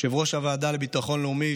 יושב-ראש הוועדה לביטחון לאומי,